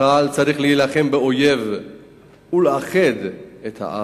צה"ל צריך להילחם באויב ולאחד את העם.